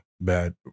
bad